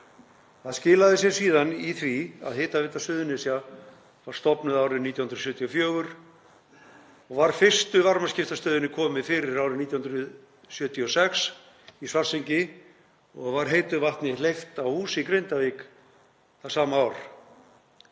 Það skilaði sér síðan í því að Hitaveita Suðurnesja var stofnuð árið 1974 og var fyrstu varmaskiptastöðinni komið fyrir árið 1976 í Svartsengi og var heitu vatni hleypt á hús í Grindavík það sama ár.